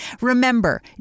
Remember